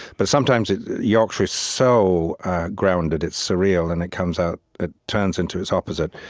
but sometimes yorkshire is so grounded, it's surreal, and it comes out it turns into its opposite.